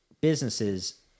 businesses